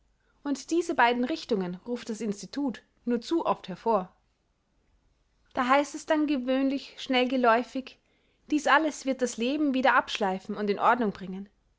und diese beiden richtungen ruft das institut nur zu oft hervor da heißt es dann gewöhnlich schnell geläufig dies alles wird das leben wieder abschleifen und in ordnung bringen